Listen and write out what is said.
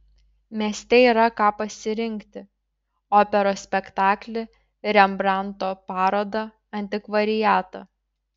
mieste yra ką pasirinkti operos spektaklį rembrandto parodą antikvariatą